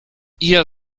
ihr